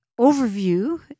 overview